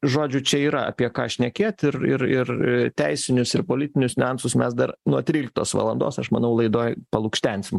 žodžiu čia yra apie ką šnekėt ir ir ir teisinius ir politinius niuansus mes dar nuo tryliktos valandos aš manau laidoj palukštensim